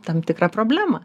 tam tikrą problemą